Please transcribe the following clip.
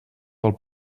del